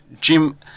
Jim